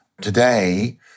today